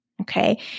Okay